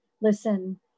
listen